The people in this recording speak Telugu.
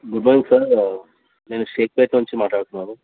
గుడ్ మార్నింగ్ సార్ నేను షేక్ పేట్ నుంచి మాట్లాడుతున్నాను